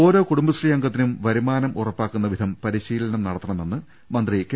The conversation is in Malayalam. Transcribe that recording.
ഓരോ കുടുംബശ്രീ അംഗത്തിനും വരുമാനം ഉറപ്പാക്കുന്ന വിധം പരിശീലനം നടത്തണമെന്ന് മന്ത്രി കെ